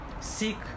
seek